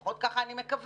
לפחות ככה אני מקווה,